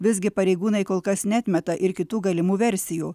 visgi pareigūnai kol kas neatmeta ir kitų galimų versijų